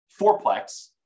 fourplex